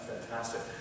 fantastic